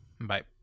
Bye